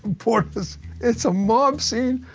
reporters, it's a mob scene!